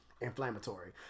inflammatory